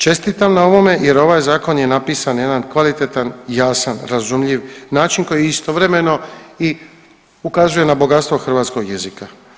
Čestitam na ovome, jer ovaj zakon je napisan na jedan kvalitetan jasan razumljiv način koji istovremeno ukazuje na bogatstvo hrvatskog jezika.